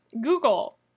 Google